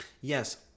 Yes